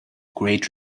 great